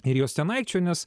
ir jos ten aikčioja nes